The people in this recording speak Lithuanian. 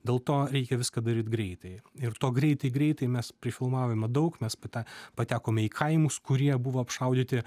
dėl to reikia viską daryt greitai ir to greitai greitai mes prifilmavome daug mes pate patekome į kaimus kurie buvo apšaudyti